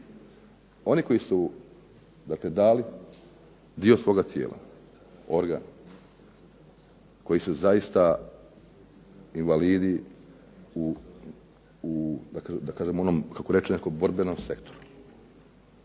oni koji su dali dio svoga tijela, organ, koji su zaista invalidi kako netko reče u borbenom sektoru.